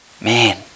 man